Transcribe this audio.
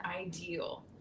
ideal